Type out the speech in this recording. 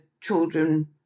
children